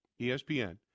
ESPN